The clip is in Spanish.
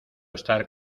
estar